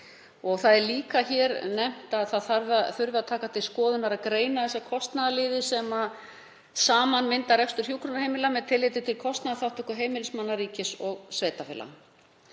Það er líka nefnt að taka þurfi til skoðunar að greina þessa kostnaðarliði sem saman mynda rekstur hjúkrunarheimila með tilliti til kostnaðarþátttöku heimilismanna, ríkis og sveitarfélaga.